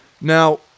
Now